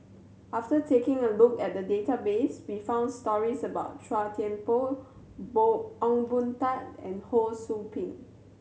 after taking a look at the database we found stories about Chua Thian Poh Poh Ong Boon Tat and Ho Sou Ping